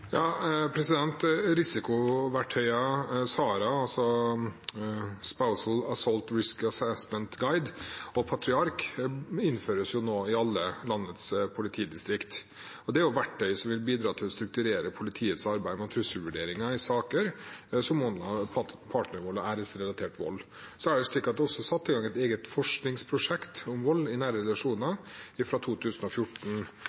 SARA, Spousal Assault Risk Assessment Guide, og Patriark innføres nå i alle landets politidistrikt. Det er verktøy som vil bidra til å strukturere politiets arbeid om trusselvurderinger i saker som omhandler partnervold og æresrelatert vold. I 2014 ble det satt i gang et eget forskningsprosjekt om vold i nære